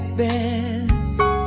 best